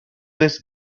this